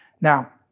Now